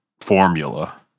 formula